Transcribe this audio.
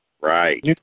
right